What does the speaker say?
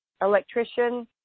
electrician